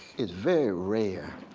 is very rare.